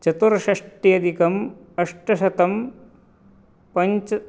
चतुष्षष्टि अधिकम् अष्टशतं पञ्च